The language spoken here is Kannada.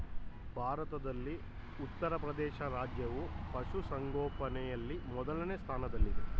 ಭಾರತದಲ್ಲಿ ಉತ್ತರಪ್ರದೇಶ ರಾಜ್ಯವು ಪಶುಸಂಗೋಪನೆಯಲ್ಲಿ ಮೊದಲನೇ ಸ್ಥಾನದಲ್ಲಿದೆ